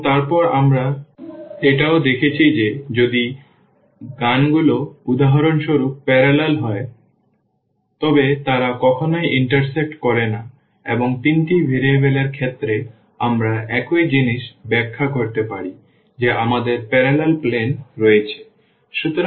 এবং তারপর আমরা এটাও দেখেছি যে যদি গানগুলো উদাহরণস্বরূপ প্যারালাল হয় তবে তারা কখনই ইন্টারসেক্ট করে না এবং তিনটি ভেরিয়েবল এর ক্ষেত্রে আমরা একই জিনিস ব্যাখ্যা করতে পারি যে আমাদের প্যারালাল প্লেন রয়েছে